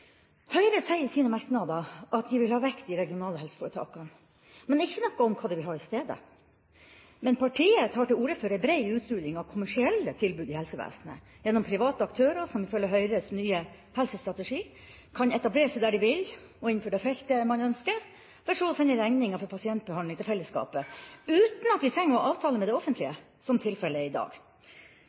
Høyre sier i sine merknader at de vil ha vekk de regionale helseforetakene, men det står ikke noe om hva de vil ha i stedet. Men partiet tar til orde for en brei utrulling av kommersielle tilbud i helsevesenet gjennom private aktører, som ifølge Høyres nye helsestrategi kan etablere seg der de vil, og innenfor det feltet de ønsker, for så å sende regninga for pasientbehandling til fellesskapet – uten at de trenger å avtale med det offentlige, som tilfellet er i dag.